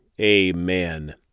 amen